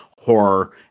horror